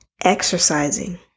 exercising